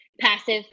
Passive